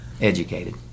educated